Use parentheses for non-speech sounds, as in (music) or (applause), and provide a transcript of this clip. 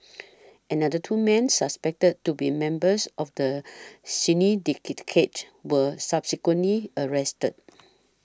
another two men's suspected to be members of the (unintelligible) were subsequently arrested